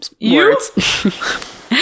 words